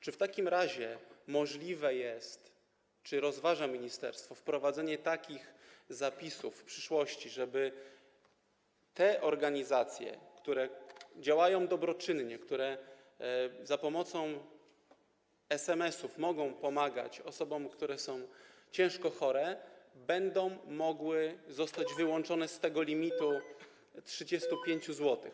Czy w takim razie możliwe jest, czy ministerstwo rozważa wprowadzenie takich zapisów w przyszłości, żeby te organizacje, które działają dobroczynnie, które za pomocą SMS-ów mogą pomagać osobom, które są ciężko chore, mogły zostać wyłączone z tego limitu 35 zł?